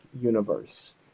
Universe